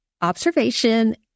observation